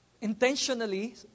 Intentionally